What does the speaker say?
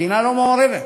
המדינה לא מעורבת.